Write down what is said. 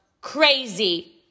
crazy